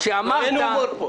לרגע זה,